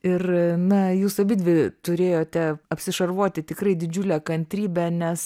ir na jūs abidvi turėjote apsišarvuoti tikrai didžiule kantrybe nes